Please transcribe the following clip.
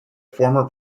former